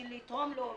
בשביל לתרום לו,